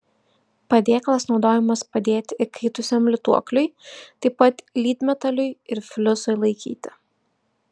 padėklas naudojamas padėti įkaitusiam lituokliui taip pat lydmetaliui ir fliusui laikyti